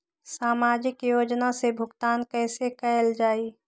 सामाजिक योजना से भुगतान कैसे कयल जाई?